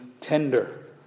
tender